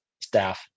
staff